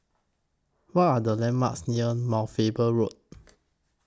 What Are The landmarks near Mount Faber Road